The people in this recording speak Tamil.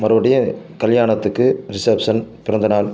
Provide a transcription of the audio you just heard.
மறுபடியும் கல்யாணத்துக்கு ரிசப்ஷன் பிறந்தநாள்